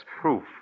proof